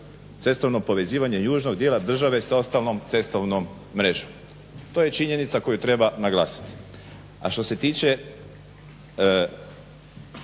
cestovno povezivanje južnog dijela države s ostalom cestovnom mrežom. To je činjenica koju treba naglasiti. A što se tiče